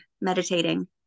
meditating